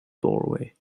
doorway